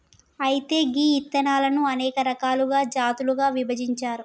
అయితే గీ ఇత్తనాలను అనేక రకాలుగా జాతులుగా విభజించారు